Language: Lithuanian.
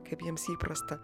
kaip jiems įprasta